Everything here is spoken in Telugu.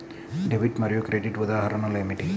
డెబిట్ మరియు క్రెడిట్ ఉదాహరణలు ఏమిటీ?